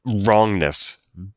wrongness